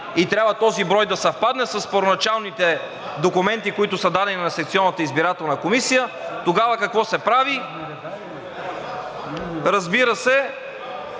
и трябва този брой да съвпадне с първоначалните документи, които са дадени на секционната избирателна комисия, тогава какво се прави. Разбира се,